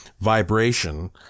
vibration